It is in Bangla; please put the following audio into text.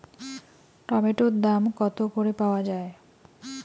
টমেটোর দাম কত করে পাওয়া যায়?